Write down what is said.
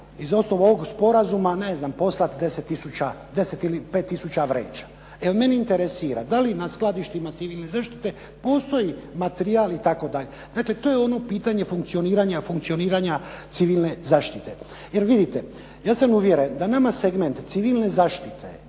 na osnovu ovog sporazuma ne znam 10 ili 5 tisuća vreće. Mene interesira da li na skladištima civilne zaštite postoji materijal itd.? Dakle, to je ono pitanje funkcioniranja civilne zaštite. 'Jel vidite ja sam uvjeren da nama segment civilne zašite